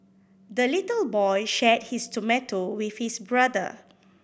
the little boy shared his tomato with his brother